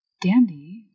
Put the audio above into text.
Dandy